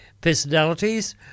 personalities